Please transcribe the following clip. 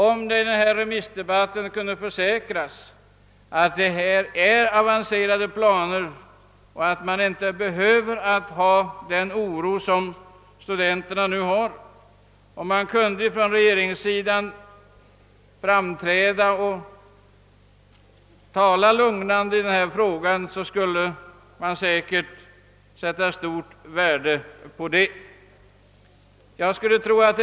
Om det i denna remissdebatt kunde försäkras att det finns avancerade planer och att studenterna inte behöver hysa någon oro och om någon representant för regeringen kunde framträda och tala lugnande i denna fråga, så skulle det säkert värdesättas mycket.